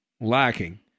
lacking